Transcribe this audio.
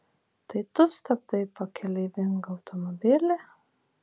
tai tu stabdai pakeleivingą automobilį